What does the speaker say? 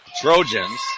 Trojans